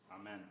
amen